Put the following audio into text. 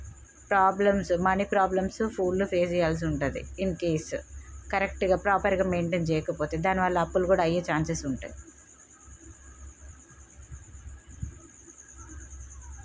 problems money problems ఫోన్లో face చేయాల్సి ఉంటుంది ఇన్కేస్ కరెక్ట్గా ప్రాపర్గా మైంటైన్ చేయకపోతే దాని వల్ల అప్పులు కూడా అయ్యే ఛాన్సెస్ ఉంటాయి